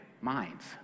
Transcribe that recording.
minds